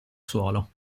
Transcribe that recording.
suolo